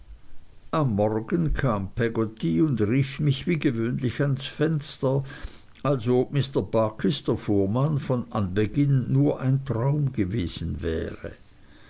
am morgen kam peggotty und rief mich wie gewöhnlich ans fenster als ob mr barkis der fuhrmann von anbeginn an nur ein traum gewesen wäre